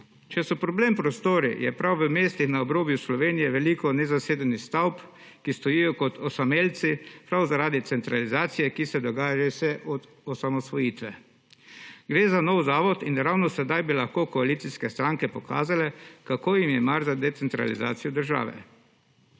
Če so problem prostori, je prav v mestih na obrobju Slovenije veliko nezasedenih stavb, ki stojijo kot osamelci prav zaradi centralizacije, ki se dogaja že vse od osamosvojite. Gre za nov zavod in ravno sedaj bi lahko koalicijske stranke pokazale, kako jim je mar za decentralizacijo države.